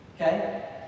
Okay